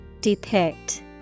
Depict